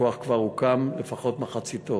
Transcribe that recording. הכוח כבר הוקם, לפחות מחציתו.